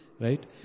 right